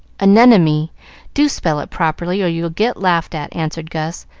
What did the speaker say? anemone do spell it properly, or you'll get laughed at, answered gus,